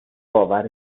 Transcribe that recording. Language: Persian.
باور